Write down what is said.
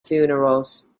funerals